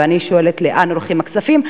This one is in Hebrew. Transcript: ואני שואלת: לאן הולכים הכספים?